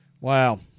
Wow